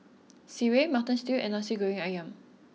Sireh Mutton Stew And Nasi Goreng Ayam